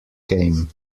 came